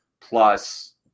plus